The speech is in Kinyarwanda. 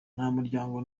n’umuryango